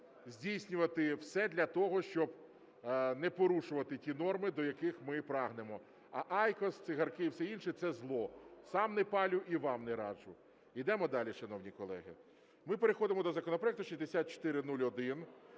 ми повинні здійснювати все для того, щоб не порушувати ті норми, до яких ми і прагнемо. А айкос, цигарки і все інше – це зло, сам не палю і вам не раджу. Ідемо далі, шановні колеги. Ми переходимо до законопроекту 6401,